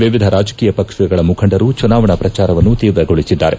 ವಿವಿಧ ರಾಜಕೀಯ ಪಕ್ಷಗಳ ಮುಖಂಡರು ಚುನಾವಣಾ ಪ್ರಚಾರವನ್ನು ತೀವ್ರಗೊಳಿಸಿದ್ದಾರೆ